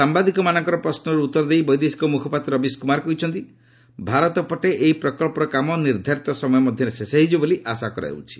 ସାମ୍ବାଦିକମାନଙ୍କର ପ୍ରଶ୍ୱର ଉତ୍ତର ଦେଇ ବୈଦେଶିକ ମୁଖପାତ୍ର ରବୀଶ କୁମାର କହିଛନ୍ତି ଭାରତ ପଟେ ଏହି ପ୍ରକଳ୍ପର କାମ ନିର୍ଦ୍ଧାରିତ ସମୟ ମଧ୍ୟରେ ଶେଷ ହୋଇଯିବ ବୋଲି ଅଶା କରାଯାଉଛି